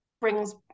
brings